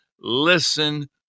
listen